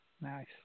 Nice